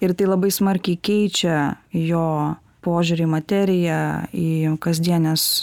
ir tai labai smarkiai keičia jo požiūrį į materiją į kasdienes